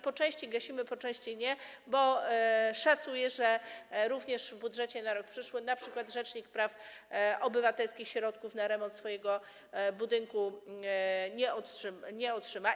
Po części gasimy, po części nie, bo szacuję, że również w budżecie na przyszły rok np. rzecznik praw obywatelskich środków na remont swojego budynku nie otrzyma.